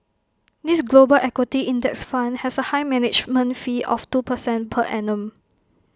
this global equity index fund has A high management fee of two percent per annum